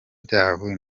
byabo